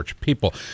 People